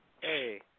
Hey